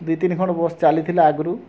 ଦୁଇ ତିନି ଖଣ୍ଡ ବସ୍ ଚାଲିଥିଲା ଆଗରୁ